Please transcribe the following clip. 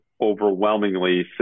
overwhelmingly